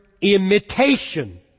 imitation